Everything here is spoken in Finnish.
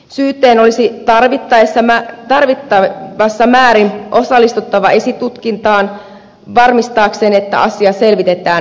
syyttäjän olisi tarvittavassa määrin osallistuttava esitutkintaan varmistaakseen että asia selvitetään riittävästi